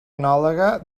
anàloga